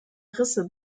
risse